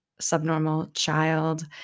subnormalchild